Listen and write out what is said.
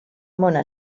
mona